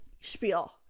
spiel